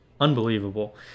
Unbelievable